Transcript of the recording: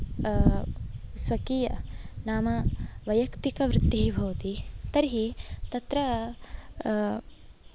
स्वकीय नाम वैयक्तिकवृत्तिः भवति तर्हि तत्र